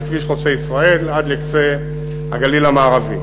כביש חוצה-ישראל עד לקצה הגליל המערבי.